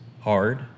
hard